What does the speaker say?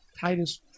Titus